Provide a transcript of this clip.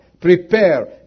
prepare